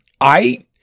I